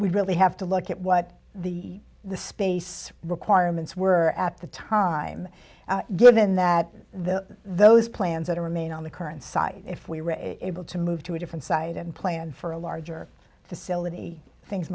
we really have to look at what the space requirements were at the time given that the those plans that are remain on the current site if we were able to move to a different side and plan for a larger facility things